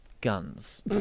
Guns